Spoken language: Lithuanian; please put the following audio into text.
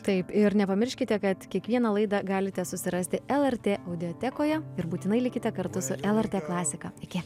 taip ir nepamirškite kad kiekvieną laidą galite susirasti lrt audiotekoje ir būtinai likite kartu su lrt klasika iki